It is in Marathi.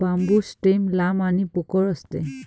बांबू स्टेम लांब आणि पोकळ असते